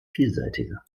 vielseitiger